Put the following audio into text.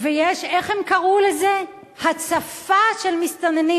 יש מצוקה, חבר הכנסת אילן גילאון, אתה מפריע.